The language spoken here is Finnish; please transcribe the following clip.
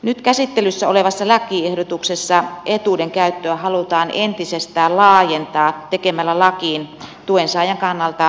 nyt käsittelyssä olevassa lakiehdotuksessa etuuden käyttöä halutaan entisestään laajentaa tekemällä lakiin tuensaajan kannalta parannuksia